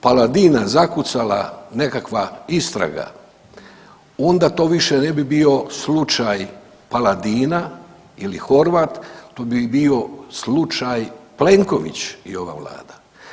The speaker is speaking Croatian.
Paladina zakucala nekakva istraga onda to više ne bi bio slučaj Paladina ili Horvat to bi bio slučaj Plenković i ova vlada.